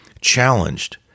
challenged